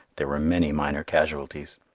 there were many minor casualties.